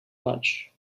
much